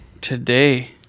today